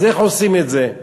אז איך עושים את זה?